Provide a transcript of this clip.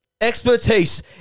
expertise